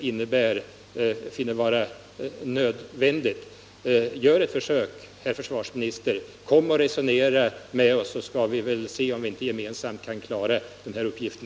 Men gör ett försök, herr försvarsminister. Kom och resonera med oss, så skall vi se om vi inte gemensamt kan klara uppgiften.